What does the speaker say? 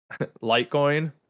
Litecoin